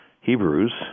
Hebrews